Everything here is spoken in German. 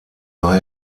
war